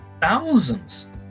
thousands